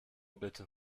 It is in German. bitte